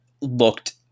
looked